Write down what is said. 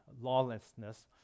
lawlessness